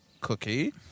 cookie